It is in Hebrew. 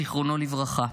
זיכרונו לברכה,